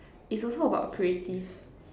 it's also about creative